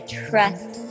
trust